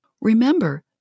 Remember